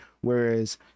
whereas